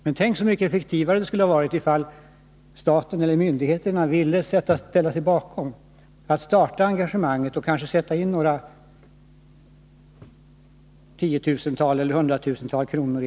Men tänk så mycket effektivare en sådan kampanj skulle ha blivit, om staten eller myndigheterna hade velat ställa sig bakom och starta kampanjen — och kanske skjuta till några tiotusental eller hundratusental kronor.